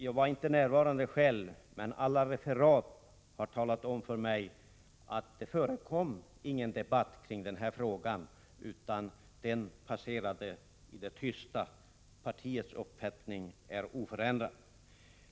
Jag var inte närvarande själv, men alla referat har upplyst mig om att det inte förekom någon debatt kring denna fråga, utan den passerade i det tysta — partiets uppfattning är oförändrad.